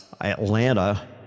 Atlanta